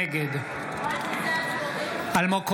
נגד אלמוג כהן,